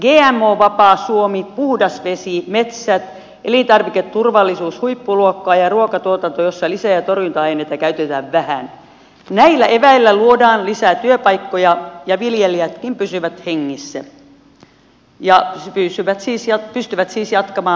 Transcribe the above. gmo vapaa suomi puhdas vesi metsät elintarviketurvallisuus huippuluokkaa ja ruokatuotanto jossa lisä ja torjunta aineita käytetään vähän näillä eväillä luodaan lisää työpaikkoja ja viljelijätkin pysyvät hengissä ja pystyvät siis jatkamaan ammattiaan